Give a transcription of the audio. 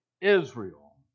Israel